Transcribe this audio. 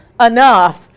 enough